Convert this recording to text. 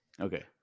Okay